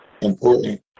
important